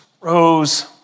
rose